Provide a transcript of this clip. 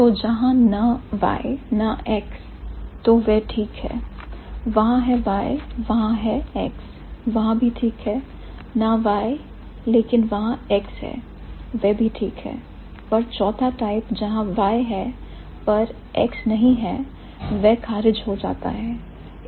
तो जहां ना Y ना X तो वे ठीक है वहां है Y वहां है X वह भी ठीक है ना Y लेकिन वहां X है बेबी ठीक है पर चौथा टाइप जहां Y है पर X नहीं है वह खारिज हो जाता है